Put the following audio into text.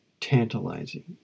tantalizing